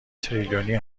تریلیونی